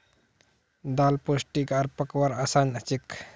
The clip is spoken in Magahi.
दाल पोष्टिक आर पकव्वार असान हछेक